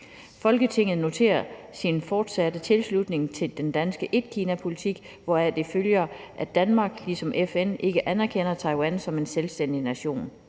Folketinget noterer sin fortsatte tilslutning til den danske etkinapolitik, hvoraf det følger, at Danmark, ligesom FN, ikke anerkender Taiwan som en selvstændig nation.